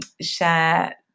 Share